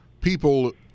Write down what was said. people